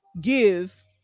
give